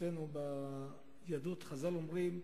אצלנו ביהדות חז"ל אומרים,